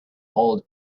all